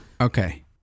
Okay